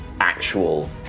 actual